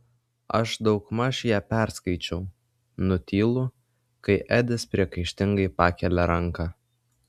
aš daugmaž ją perskaičiau nutylu kai edis priekaištingai pakelia ranką